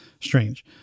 strange